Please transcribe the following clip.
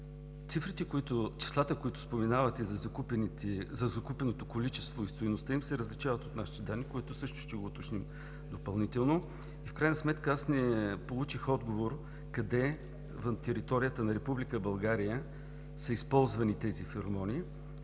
Числата, които споменавате за закупеното количество и стойността им, се различават от нашите данни, които също ще уточним допълнително. В крайна сметка не получих отговор: къде на територията на Република България са използвани тези феромони